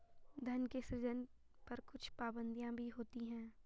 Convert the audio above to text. धन के सृजन पर कुछ पाबंदियाँ भी होती हैं